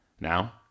Now